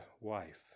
wife